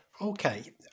Okay